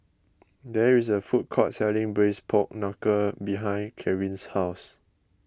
there is a food court selling Braised Pork Knuckle behind Caryn's house